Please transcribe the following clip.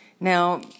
Now